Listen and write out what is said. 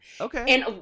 Okay